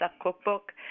cookbook